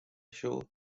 show